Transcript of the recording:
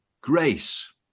grace